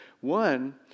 One